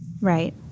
right